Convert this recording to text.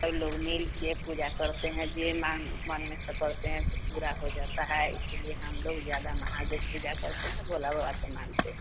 सब लोग मिल के पूजा करते हैं जो माँग मन से करते हैं ऐसे पूरा हो जाता है इसीलिए हम लोग ज़्यादा महादेव पूजा करते हैं भोला बाबा के मानते हैं